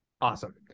Awesome